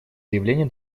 заявление